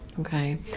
Okay